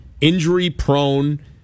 injury-prone